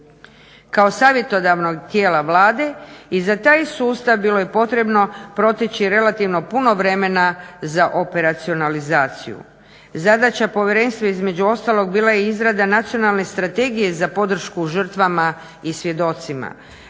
kao savjetodavnog tijela Vlade i za taj sustav bilo je potrebno proteći relativno puno vremena za operacionalizaciju. Zadaća povjerenstva između ostalog bila je izrada nacionalne strategije za podršku žrtvama i svjedocima,